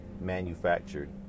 manufactured